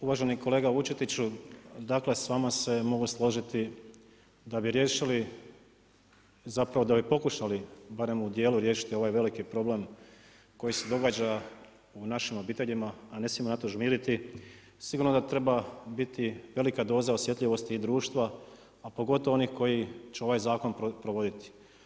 Uvaženi kolega Vučetiću, dakle s vama se mogu složiti da bi riješili, zapravo da bi pokušali barem u djelu riješiti ovaj veliki problem, koji se događa u našim obiteljima, a ne smijemo na to žmiriti sigurno da treba biti velika doza osjetljivosti i društva, a pogotovo onih koji će ovaj zakon provoditi.